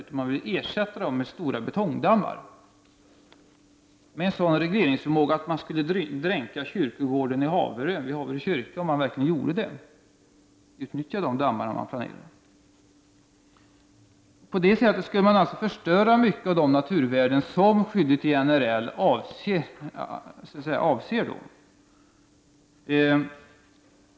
Man vill ersätta dem med stora betongdammar vilka har en sådan regleringsförmåga att man skulle dränka kyrkogården vid Haverö kyrka om man skulle utnyttja dem. På detta sätt skulle man förstöra många av de naturvärden som skyddet i NRL avser.